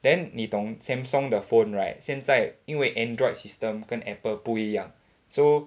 then 你懂 Samsung 的 phone right 现在因为 Android system 跟 Apple 不一样 so